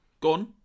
Gone